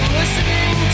listening